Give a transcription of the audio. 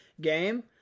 game